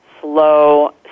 slow